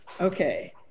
Okay